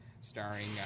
starring